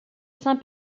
saint